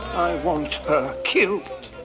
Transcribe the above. want her killed.